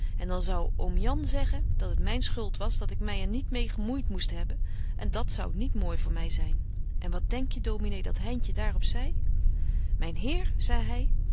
en dan zou oom jan zeggen dat het myn schuld was dat ik my er niet meê gemoeit moest hebben en dat zou niet mooi voor my zyn en wat denk je dominé dat heintje daar op zei myn heer zei hy